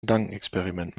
gedankenexperiment